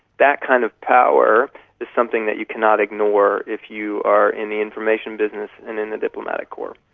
that kind of power is something that you cannot ignore if you are in the information business and in the diplomatic corps.